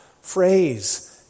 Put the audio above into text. phrase